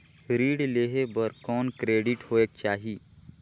ऋण लेहे बर कौन क्रेडिट होयक चाही?